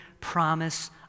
promise